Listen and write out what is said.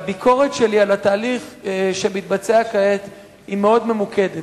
הביקורת שלי על התהליך שמתבצע כעת היא מאוד ממוקדת.